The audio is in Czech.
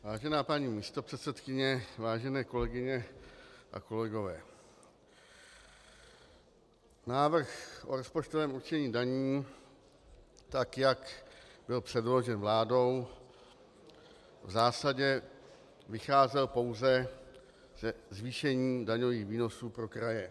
Vážená paní místopředsedkyně, vážené kolegyně a kolegové, návrh o rozpočtovém určení daní, tak jak byl předložen vládou, v zásadě vycházel pouze ze zvýšení daňových výnosů pro kraje.